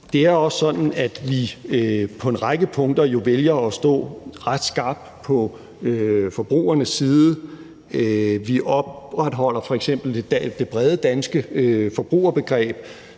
Det er også sådan, at vi på en række punkter jo vælger at stå ret skarpt på forbrugernes side. Vi opretholder f.eks. det brede danske forbrugerbegreb,